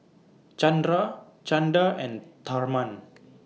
Chandra Chanda and Tharman